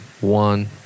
one